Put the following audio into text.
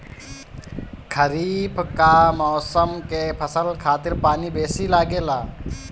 खरीफ कअ मौसम के फसल खातिर पानी बेसी लागेला